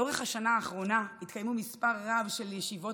לאורך השנה האחרונה התקיימו מספר רב של ישיבות